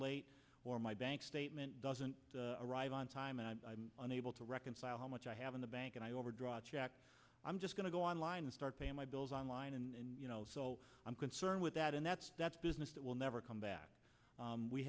late or my bank statement doesn't arrive on time and i'm unable to reconcile how much i have in the bank and i overdraw check i'm just going to go online and start paying my bills online and so i'm concerned with that and that's that's business that will never come back